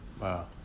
Wow